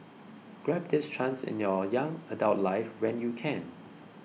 grab this chance in your young adult life when you can